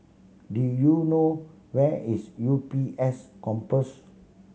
do you know where is U B S Campus